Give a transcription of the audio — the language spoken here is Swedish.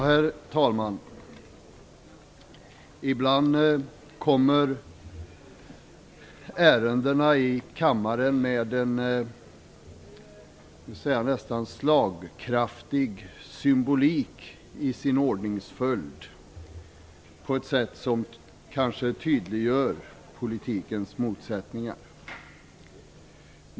Herr talman! Ibland kommer ärendena upp i kammaren med en nästan slagkraftig symbolik i sin ordningsföljd och på ett sätt som kanske tydliggör politikens motsättningar.